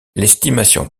l’estimation